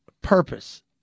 purpose